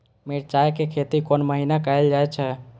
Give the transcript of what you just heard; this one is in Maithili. मिरचाय के खेती कोन महीना कायल जाय छै?